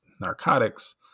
narcotics